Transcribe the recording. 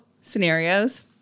scenarios